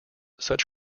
such